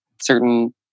certain